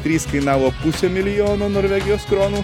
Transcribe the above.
trys kainavo pusę milijono norvegijos kronų